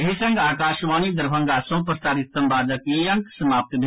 एहि संग आकाशवाणी दरभंगा सँ प्रसारित संवादक ई अंक समाप्त भेल